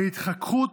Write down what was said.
בהתחככות,